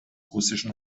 russischen